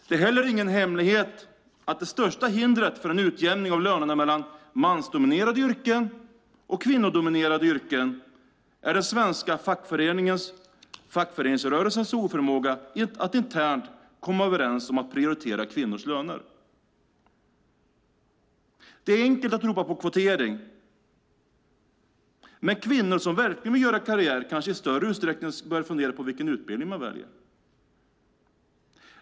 Det är heller ingen hemlighet att det största hindret för en utjämning av lönerna mellan mansdominerade yrken och kvinnodominerade yrken är den svenska fackföreningsrörelsens oförmåga att internt komma överens om att prioritera kvinnors löner. Det är enkelt att ropa på kvotering, men kvinnor som verkligen vill göra karriär kanske i större utsträckning bör fundera på vilken utbildning de väljer.